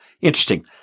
Interesting